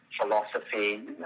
philosophy